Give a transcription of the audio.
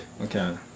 Okay